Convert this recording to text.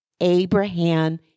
Abraham